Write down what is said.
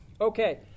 Okay